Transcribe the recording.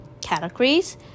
categories